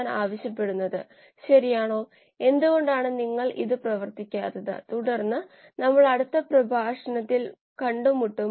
കോശങ്ങൾ എയറോബിക്കായി വളരുകയാണെന്ന് നിങ്ങൾക്ക് പറയാൻ കഴിയും